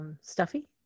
stuffy